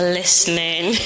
listening